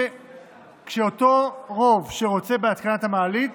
ואותו רוב שרוצה בהתקנת המעלית